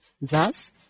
thus